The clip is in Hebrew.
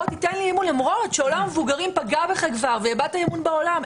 תיתן בי אמון למרות שעולם המבוגרים כבר פגע בך ואיבדת אמון בעולם?